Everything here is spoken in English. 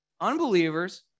unbelievers